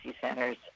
centers